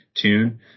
tune